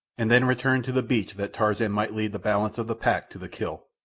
and then returned to the beach that tarzan might lead the balance of the pack to the kill.